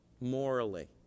morally